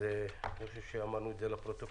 אז אני חושב שאמרנו את זה לפרוטוקול.